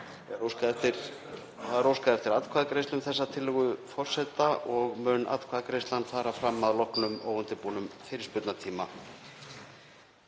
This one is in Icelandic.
óskað eftir atkvæðagreiðslu um þessa tillögu forseta og mun atkvæðagreiðslan fara fram að loknum óundirbúnum fyrirspurnatíma.